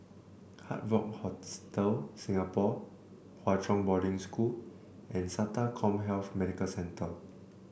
Hard Rock Hostel Singapore Hwa Chong Boarding School and SATA CommHealth Medical Centre